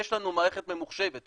יש לנו מערכת ממוחשבת,